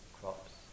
crops